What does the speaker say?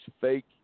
fake